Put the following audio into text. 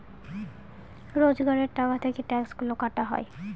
রোজগারের টাকা থেকে ট্যাক্সগুলা কাটা হয়